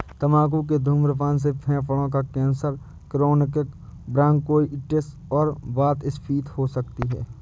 तंबाकू के धूम्रपान से फेफड़ों का कैंसर, क्रोनिक ब्रोंकाइटिस और वातस्फीति हो सकती है